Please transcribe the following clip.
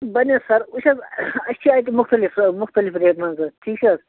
بَنہِ حظ سَر وٕچھ حظ اَسہِ چھِ اَتہِ مُختلف مُختلِف ریٹ منٛز حظ ٹھیٖک چھےٚ حظ